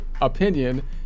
opinion